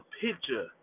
picture